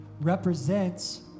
represents